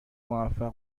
موفق